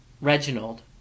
Reginald